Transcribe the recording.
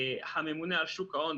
הממונה על שוק ההון,